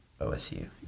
OSU